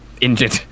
injured